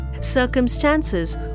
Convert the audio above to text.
circumstances